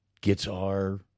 guitar